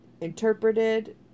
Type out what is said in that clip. Interpreted